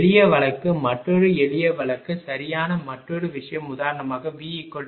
எளிய வழக்கு மற்றொரு எளிய வழக்கு சரியான மற்றொரு விஷயம் உதாரணமாக V0